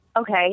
Okay